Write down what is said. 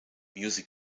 music